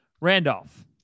Randolph